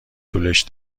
طولش